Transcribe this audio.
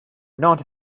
not